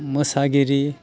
मोसागिरि